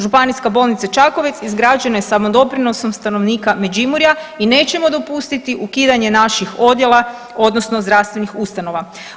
Županijska bolnica Čakovec izgrađena je samodoprinosom stanovnika Međimurja i nećemo dopustiti ukidanje naših odjela, odnosno zdravstvenih ustanova.